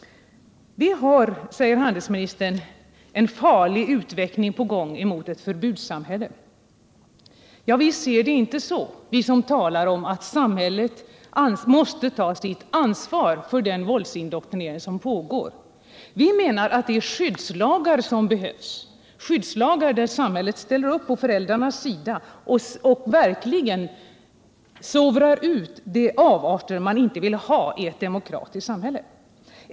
Vi har, säger handelsministern, en farlig utveckling på gång mot ett förbudssamhälle. Vi som talar om att samhället måste ta sitt ansvar för den våldsindoktrinering som pågår ser det inte så. Vi menar att det är skyddslagar som behövs, skyddslagar som innebär att samhället ställer upp på föräldrarnas sida och verkligen sovrar ut de avarter man inte vill ha i ett demokratiskt samhälle.